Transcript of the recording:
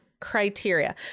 criteria